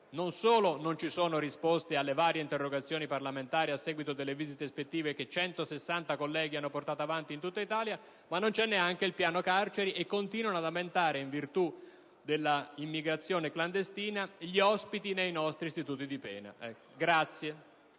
non sono state date risposte alle varie interrogazioni parlamentari a seguito delle visite ispettive che 160 colleghi hanno portato avanti in tutta Italia, ma non esiste neanche il piano carceri, e nel frattempo continuano ad aumentare, in virtù dell'immigrazione clandestina, gli ospiti nei nostri istituti di pena. **Sulla